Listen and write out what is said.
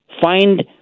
find